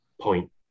point